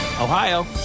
Ohio